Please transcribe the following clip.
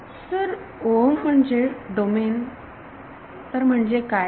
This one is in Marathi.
विद्यार्थी सर म्हणजे डोमेन तर म्हणजे काय